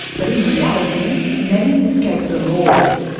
but in reality, many escape the laws.